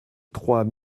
trois